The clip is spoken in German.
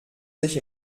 sich